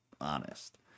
honest